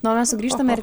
na o mes sugrįžtame ir